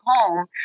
home